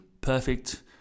perfect